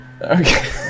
Okay